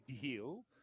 deal